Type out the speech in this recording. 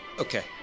Okay